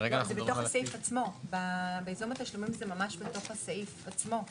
לא, בייזום התשלומים זה ממש בתוך הסעיף עצמו.